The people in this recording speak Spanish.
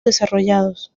desarrollados